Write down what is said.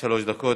דקות.